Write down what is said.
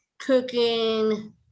Cooking